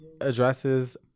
addresses